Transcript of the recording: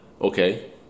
Okay